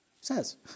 says